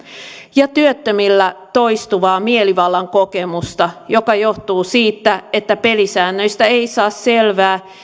ja työttömillä toistuvaa mielivallan kokemusta joka johtuu siitä että pelisäännöistä ei saa selvää